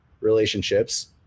relationships